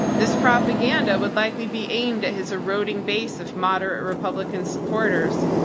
this propaganda would likely be aimed at his eroding base of moderate republican supporters.